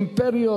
אימפריות,